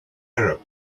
arab